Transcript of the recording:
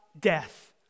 death